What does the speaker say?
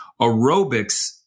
aerobics